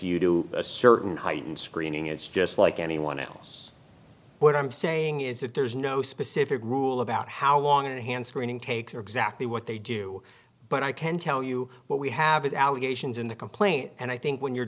you to a certain heightened screening it's just like anyone else what i'm saying is that there's no specific rule about how long a hand screening takes or exactly what they do but i can tell you what we have is allegations in the complaint and i think when you're